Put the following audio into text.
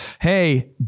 hey